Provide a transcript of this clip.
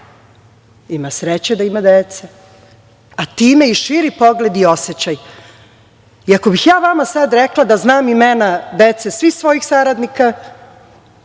ima sreće da ima dece, a time i širi pogled i osećaj. Ako bih ja sada vama rekla da ja znam imena dece svih svojih saradnika,